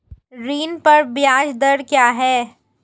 ऋण पर ब्याज दर क्या है?